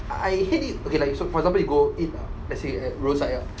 I I hate it okay like so for example like you go eat let's say at roadside ah